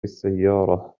السيارة